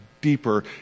deeper